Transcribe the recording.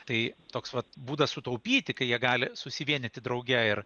tai toks vat būdas sutaupyti kai jie gali susivienyti drauge ir